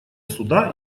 суда